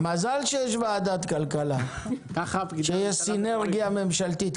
מזל שיש ועדת כלכלה, שיש סינרגיה ממשלתית.